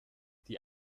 die